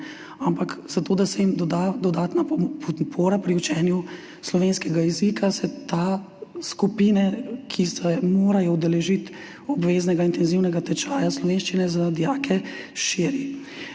Ampak zato, da se jim doda dodatna podpora pri učenju slovenskega jezika, se ta skupina, ki se mora udeležiti obveznega intenzivnega tečaja slovenščine za dijake, širi.